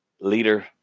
leader